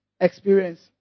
experience